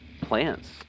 plants